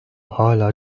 hala